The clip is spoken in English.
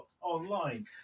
online